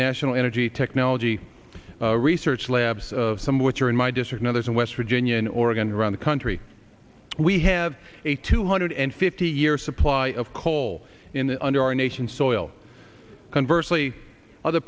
national energy technology research labs of some which are in my district others in west virginia in oregon around the country we have a two hundred and fifty year supply of coal in the under our nation soil conversely other